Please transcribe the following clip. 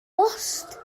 bost